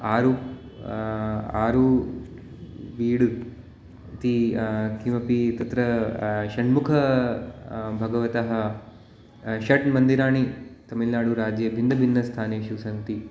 आरूप् आरू वीडु इति किमपि तत्र षण्मुख भगवतः षड् मन्दिराणि तमिल्नाडुराज्ये भिन्नभिन्नस्थानेषु सन्ति